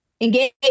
engage